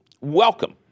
Welcome